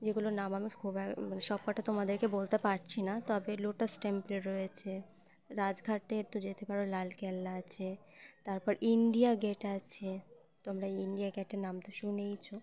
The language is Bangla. যেগুলোর নাম আমি খুব মানে সবকটা তোমাদেরকে বলতে পারছি না তবে লোটাস টেম্পল রয়েছে রাজঘাটে তো যেতে পারো লাল কেল্লা আছে তারপর ইন্ডিয়া গেট আছে তোমরা ইন্ডিয়া গেটের নাম তো শুনেইছো